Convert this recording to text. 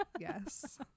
yes